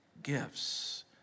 Gifts